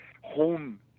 home